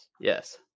Yes